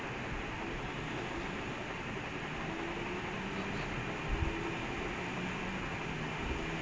then he moved to for all alone then he took his own number thirty two is his first number